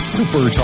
Super